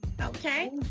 Okay